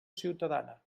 ciutadana